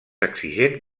exigent